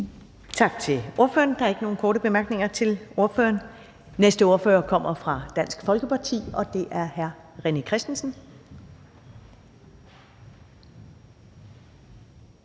Tak til ordføreren. Der er ikke nogen korte bemærkninger til ordføreren. Den næste ordfører kommer fra Dansk Folkeparti, og det er hr. René Christensen.